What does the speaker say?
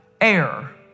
air